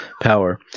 power